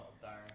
sorry